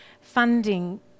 funding